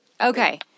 okay